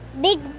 big